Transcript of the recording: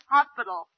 Hospital